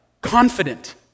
confident